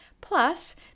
plus